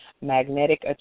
magnetic